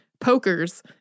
pokers